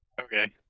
okay